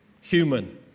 human